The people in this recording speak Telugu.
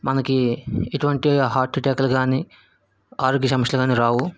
మనకి ఎటువంటి హార్ట్ ఎటాక్లు కానీ ఆరోగ్య సమస్యలు అని రావు